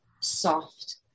soft